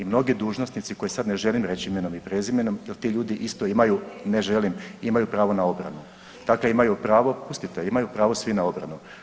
I mnogi dužnosnici koje sad ne želim reći imenom i prezimenom jel ti ljudi isto imaju, ne želim, imaju pravo na obranu, dakle imaju pravo, pustite imaju pravo svi na obranu.